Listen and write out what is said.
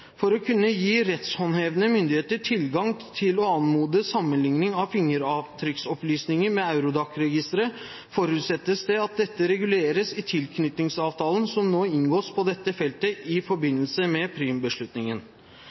For å kunne gi rettshåndhevende myndigheter tilgang til å anmode om sammenligning av fingeravtrykksopplysninger med Eurodac-registeret, forutsettes det at dette reguleres i tilknytningsavtalen som nå inngås på dette feltet i forbindelse med